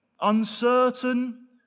uncertain